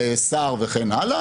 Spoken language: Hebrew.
שר וכן הלאה,